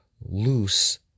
loose